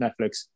Netflix